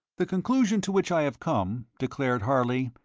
the conclusion to which i have come, declared harley,